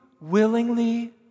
willingly